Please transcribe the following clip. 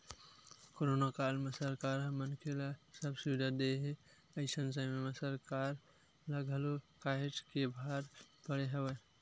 corona काल म सरकार ह मनखे ल सब सुबिधा देय हे अइसन समे म सरकार ल घलो काहेच के भार पड़े हवय